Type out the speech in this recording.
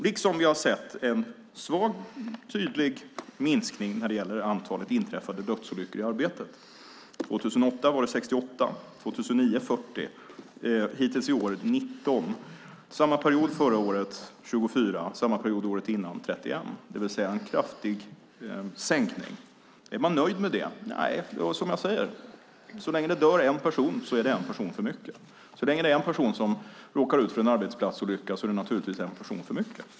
Vi har också sett en svag men tydlig minskning av antalet inträffade dödsolyckor i arbetet. 2008 var det 68 och 2009 var det 40. Hittills i år är det 19. Under samma period förra året var det 24 och samma period året innan dess 31. Det är alltså en kraftig sänkning. Är man nöjd med det? Nej, som jag säger: Så länge det dör en person är det en person för mycket. Så länge det är en person som råkar ut för en arbetsplatsolycka är det naturligtvis en person för mycket.